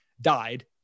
died